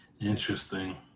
Interesting